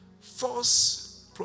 false